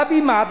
בבימה,